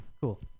cool